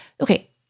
Okay